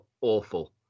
awful